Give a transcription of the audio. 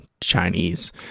Chinese